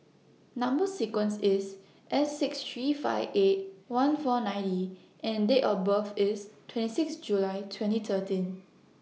Number sequence IS S six three five eight one four nine E and Date of birth IS twenty six July twenty thirteen